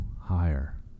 higher